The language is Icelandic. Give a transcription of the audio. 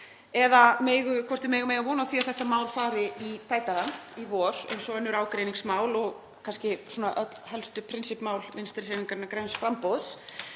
við hvort við megum eiga von á því að þetta mál fari í tætarann í vor eins og önnur ágreiningsmál og kannski öll helstu prinsippmál Vinstrihreyfingarinnar – græns framboðs.